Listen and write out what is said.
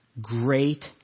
great